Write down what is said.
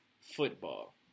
football